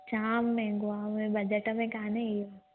जामु महांगो आहे मुंहिंजे बजट में कान्हे इहो